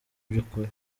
by’ukuri